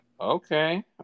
Okay